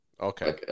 Okay